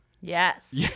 Yes